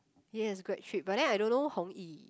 yes grad trip but then I don't know hong yi